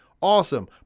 awesome